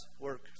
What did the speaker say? work